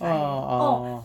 oh orh